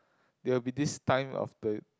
they will be this time of the